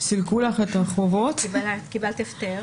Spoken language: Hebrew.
קיבלת הפטר.